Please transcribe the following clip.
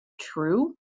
true